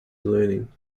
learning